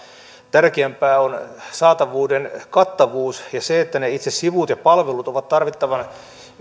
tärkeämpää on saatavuuden kattavuus ja se että itse sivut ja palvelut ovat tarvittavan